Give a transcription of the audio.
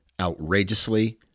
outrageously